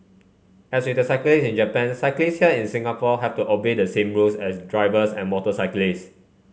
as with the cyclists in Japan cyclists here in Singapore have to obey the same rules as drivers and motorcyclists